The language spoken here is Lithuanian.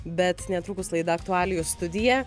bet netrukus laida aktualijų studija